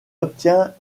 obtient